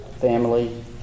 family